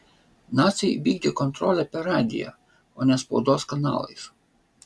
naciai vykdė kontrolę per radiją o ne spaudos kanalais